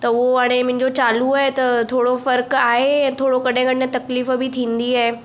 त उहो हाणे मुंहिंजो चालू आहे त थोरो फ़र्क़ु आहे ऐं थोरो कॾहिं कॾहिं तकलीफ़ु बि थींदी आहे